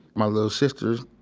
my little sister.